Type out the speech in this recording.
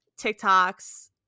tiktoks